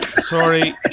Sorry